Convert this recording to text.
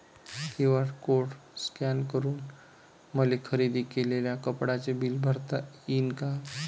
QR code scan करून मले खरेदी केलेल्या कापडाचे बिल भरता यीन का?